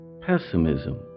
pessimism